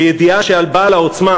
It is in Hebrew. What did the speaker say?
בידיעה שעל בעל העוצמה,